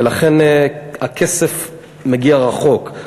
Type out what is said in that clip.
ולכן הכסף מגיע רחוק.